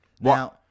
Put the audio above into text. Now